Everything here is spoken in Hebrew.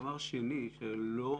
דבר שני שלא